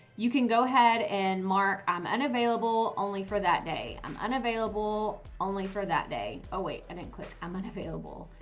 you can go ahead and mark um unavailable only for that day um unavailable only for that day. oh, wait, and then click, i'm not